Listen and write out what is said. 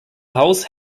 haus